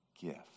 gift